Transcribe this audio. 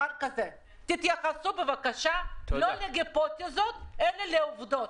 תתייחסו, בבקשה, לא להיפותזות אלא לעובדות.